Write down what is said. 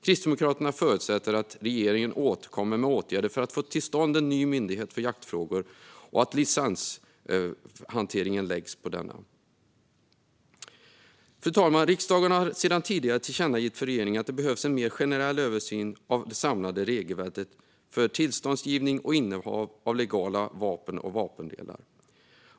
Kristdemokraterna förutsätter att regeringen återkommer med åtgärder för att få till stånd en ny myndighet för jaktfrågor och att licenshanteringen läggs på denna. Fru talman! Riksdagen har sedan tidigare tillkännagett för regeringen att det behövs en mer generell översyn av det samlade regelverket för tillståndsgivning för och innehav av legala vapen och vapendelar.